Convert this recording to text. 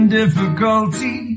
difficulty